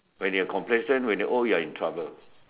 when you're complacent and you're old you're in trouble